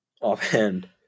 offhand